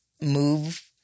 move